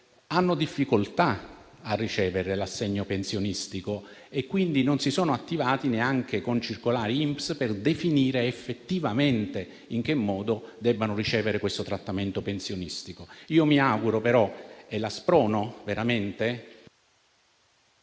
hanno difficoltà a ricevere l'assegno pensionistico. Quindi, non si sono attivati neanche con circolari INPS per definire effettivamente in che modo debbano ricevere questo trattamento pensionistico. Io la sprono però a prendere veramente